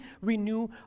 renew